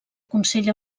consell